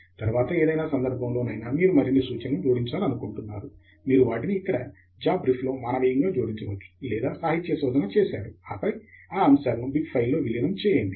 తరువాత ఏదైనా సందర్భములో నైనా మీరు మరిన్ని సూచనలను జోడించాలనుకుంటున్నారు మీరు వాటిని ఇక్కడ జాబ్రిఫ్లో మానవీయంగా జోడించవచ్చు లేదా సాహిత్య శోధన చేశారు ఆపై ఆ అంశాలను బిబ్ ఫైల్లో విలీనం చేయండి